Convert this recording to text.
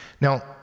Now